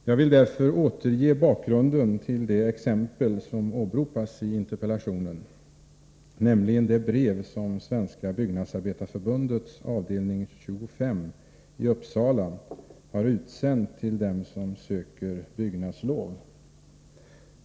Jag vill därför återge bakgrunden till det exempel som åberopas i interpellationen, nämligen det brev som Svenska byggnadsarbetareförbundets avdelning 25 i Uppsala har utsänt till dem som söker byggnadslov.